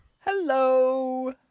Hello